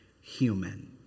human